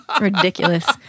Ridiculous